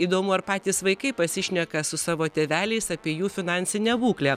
įdomu ar patys vaikai pasišneka su savo tėveliais apie jų finansinę būklę